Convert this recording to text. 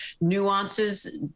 nuances